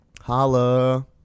Holla